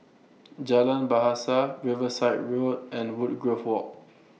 Jalan Bahasa Riverside Road and Woodgrove Walk